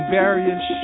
various